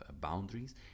boundaries